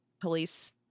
police